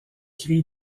cri